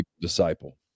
disciple